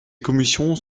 commissions